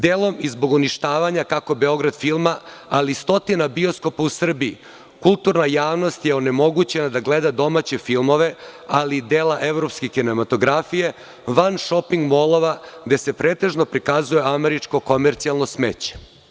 Delom i zbog uništavanja kako „Beograd filma“, ali i stotina bioskopa u Srbiji, kulturna javnost je onemogućena da gleda domaće filmove, ali i dela evropske kinematografije van šoping molova, gde se pretežno prikazuje američko-komercijalno smeće.